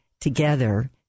together